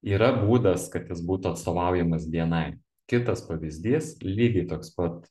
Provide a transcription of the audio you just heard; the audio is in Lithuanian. yra būdas kad jis būtų atstovaujamas bni kitas pavyzdys lygiai toks pat